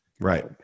right